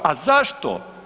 A zašto?